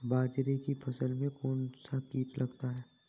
बाजरे की फसल में कौन सा कीट लगता है?